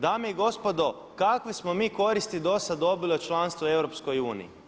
Dame i gospodo, kakve smo mi koristiti do sada dobili od članstva u EU?